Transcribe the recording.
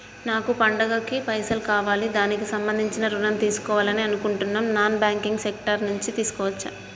నాకు పండగ కి పైసలు కావాలి దానికి సంబంధించి ఋణం తీసుకోవాలని అనుకుంటున్నం నాన్ బ్యాంకింగ్ సెక్టార్ నుంచి తీసుకోవచ్చా?